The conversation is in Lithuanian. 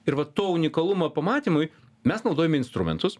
ir va to unikalumo pamatymui mes naudojam instrumentus